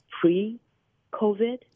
pre-COVID